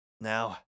Now